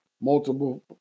multiple